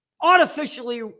artificially